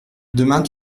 demain